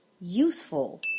useful